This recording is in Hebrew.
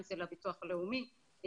אם זה לביטוח הלאומי,